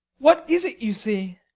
what is it you see?